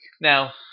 Now